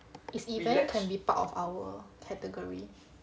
is event can be part of our category